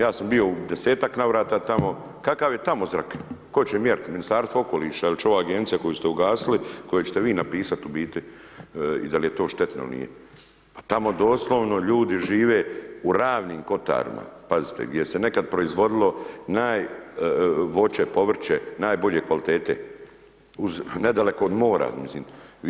Ja sam bio u 10-tak navrata tamo kakav je tamo zrak, tko će mjerit Ministarstvo okoliša il će ova agencija koju ste ugasili koju ćete bi napisat u biti i da li je to štetno il nije, a tamo doslovno ljudi žive u Ravnim kotarima, pazite gdje se nekad proizvodilo naj voće, povrće, najbolje kvalitete uz nedaleko od mora, mislim.